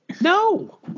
No